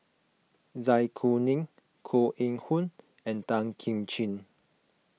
Zai Kuning Koh Eng Hoon and Tan Kim Ching